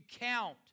count